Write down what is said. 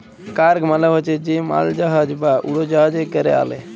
cargo মালে হছে যে মালজাহাজ বা উড়জাহাজে ক্যরে আলে